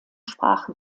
sprache